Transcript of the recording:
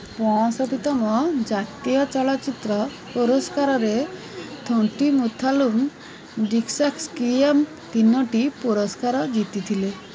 ପଅଁଷଠି ତମ ଜାତୀୟ ଚଳଚ୍ଚିତ୍ର ପୁରସ୍କାରରେ ଥୋଣ୍ଟିମୁଥାଲୁମ୍ ଡ୍ରିକ୍ସାକ୍ସିୟମ୍ ତିନୋଟି ପୁରସ୍କାର ଜିତିଥିଲେ